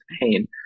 pain